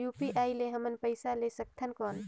UPI ले हमन पइसा ले सकथन कौन?